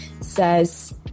says